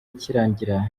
ikirangira